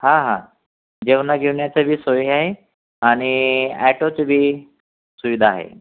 हां हां जेवना गिवन्याचंबी सोय आहे आणि अॅटोचंबी सुविधा आहे